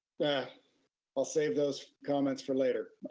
yeah i'll save those comments for later.